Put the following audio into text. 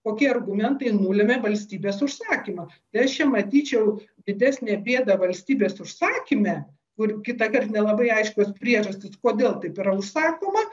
kokie argumentai nulėmia valstybės užsakymą tai aš čia matyčiau didesnę bėdą valstybės užsakyme kur kitąkart nelabai aiškios priežastys kodėl taip yra užsakoma